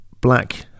black